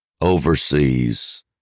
overseas